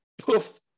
poof